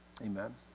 amen